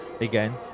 again